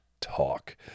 talk